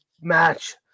match